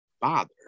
father